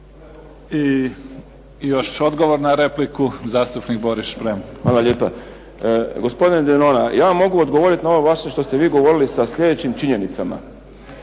Još odgovor na repliku zastupnik Boris Šprem. **Šprem, Boris (SDP)** Hvala lijepa, gospodine Denona ja vam mogu odgovoriti na ovo vaše što ste vi govorili sa sljedećim činjenicama.